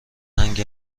هنگ